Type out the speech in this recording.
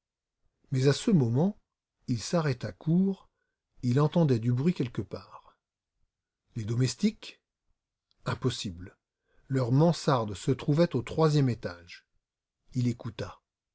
mais à ce moment il s'arrêta court il entendait du bruit quelque part les domestiques impossible leurs mansardes se trouvaient au troisième étage il écouta